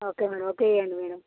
okay madam okay ఇవ్వండి madam